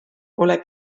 ole